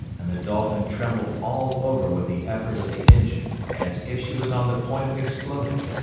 and the dolphin trembled all over with the effort of the engine as if she was on the point of exploding.